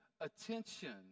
attention